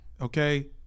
okay